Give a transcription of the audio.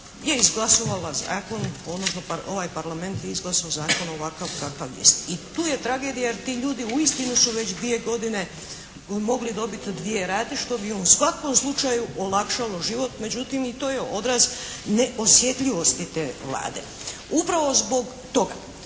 je izglasovala zakon odnosno ovaj Parlament je izglasao zakon ovakav kakav jest. I tu je tragedija jer ti ljudi uistinu su već dvije godine mogli dobiti dvije rate što bi u svakom slučaju olakšalo život međutim i to je odraz neosjetljivosti te Vlade. Upravo zbog toga